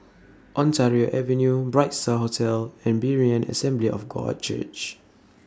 Ontario Avenue Bright STAR Hotel and Berean Assembly of God Church